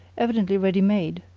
evidently ready-made,